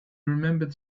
remembered